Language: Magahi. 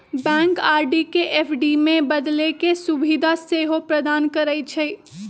बैंक आर.डी के ऐफ.डी में बदले के सुभीधा सेहो प्रदान करइ छइ